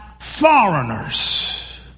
foreigners